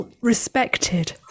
Respected